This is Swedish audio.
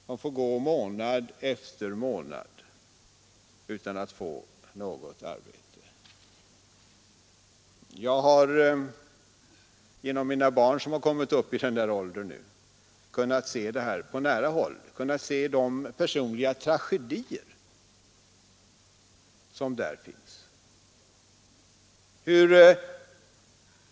De får gå månad efter månad utan att erhålla någon sysselsättning. Genom mina barn, som nu kommit upp i denna ålder, har jag kunnat studera förhållandena på nära håll bland deras kamrater och se de personliga tragedier som utspelas.